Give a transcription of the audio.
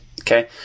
Okay